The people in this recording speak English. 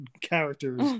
characters